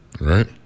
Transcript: right